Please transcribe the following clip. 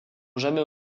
jamais